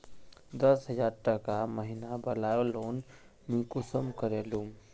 दस हजार टका महीना बला लोन मुई कुंसम करे लूम?